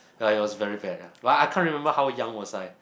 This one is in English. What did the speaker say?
ya it was very bad ya but I can't remember how young was I